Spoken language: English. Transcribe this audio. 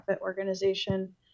organization